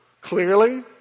clearly